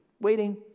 waiting